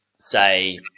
say